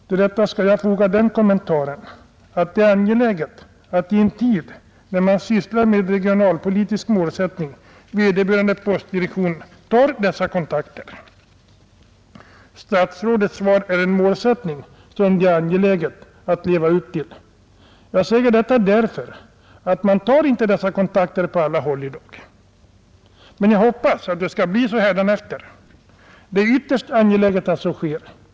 Till detta skall jag foga den kommentaren, att det är angeläget att i en tid, då man sysslar med regionalpolitisk målsättning, vederbörande postdirektion verkligen tar dessa kontakter. Statsrådets svar är en målsättning som det är angeläget att leva upp till. Jag säger detta därför att man inte tar sådana kontakter på alla håll i dag, men jag hoppas att det skall bli så hädanefter. Det är ytterligt angeläget att så sker.